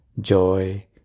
Joy